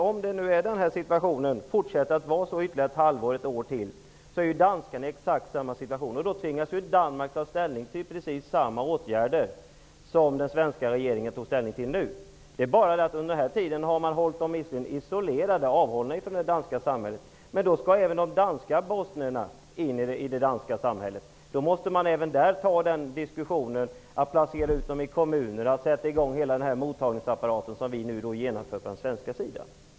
Om läget förblir oförändrat ytterligare ett halvår eller ett år, kommer danskarna att hamna i exakt samma situation som den vi har nu. Då tvingas Danmark ta ställning till precis samma åtgärder som den svenska regeringen nu har tagit ställning till. Men under tiden har man hållit flyktingarna isolerade från det danska samhället. I det läget skall även de danska bosnierna integreras i det danska samhället. Också där måste man diskutera en inplacering av dem i kommuner och sätta in hela den mottagningsapparat som vi nu har upprättat på den svenska sidan.